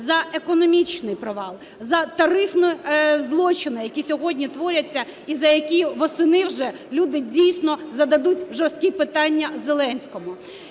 за економічний провал, за тарифні злочини, які сьогодні творяться і за які восени вже люди дійсно зададуть жорсткі питання Зеленському.